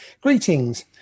greetings